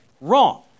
Wrong